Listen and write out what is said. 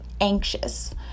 anxious